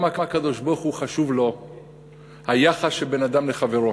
כמה הקדוש-ברוך-הוא חשוב לו היחס שבין אדם לחברו,